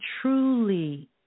truly